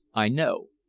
i know.